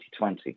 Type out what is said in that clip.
2020